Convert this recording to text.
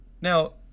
Now